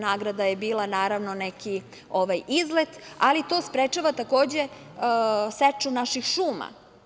Nagrada je bila, naravno, neki izlet, ali to sprečava, takođe, seču naših šuma.